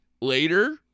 later